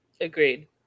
Agreed